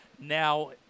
Now